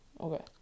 Okay